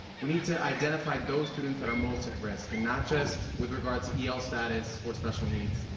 we need to identify those students that are most at risk and not just with regard to el status or special needs,